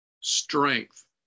strength